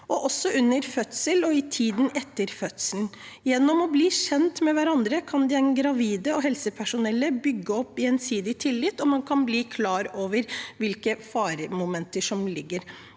også under fødsel og i tiden etter fødselen. Gjennom å bli kjent med hverandre kan den gravide og helsepersonellet bygge opp gjensidig tillit, og man kan bli klar over hvilke faremomenter som ligger